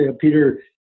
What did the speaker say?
peter